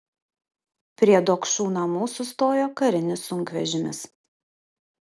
prie dokšų namų sustojo karinis sunkvežimis